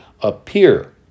appear